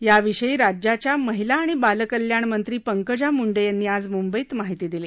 या विषयी राज्याच्या महिला आणि बालकल्याण मंत्री पंकजा मुंडे यांनी आज मंबईत माहिती दिली